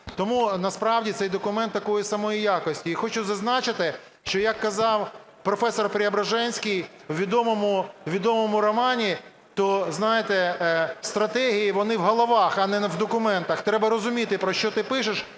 Тому насправді цей документ такої самої якості. І хочу зазначити, що, як казав професор Преображенський у відомому романі, то, знаєте, стратегії вони в головах, а не в документах, треба розуміти, про що ти пишеш,